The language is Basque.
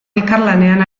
elkarlanean